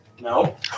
No